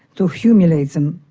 to humiliate them.